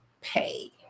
pay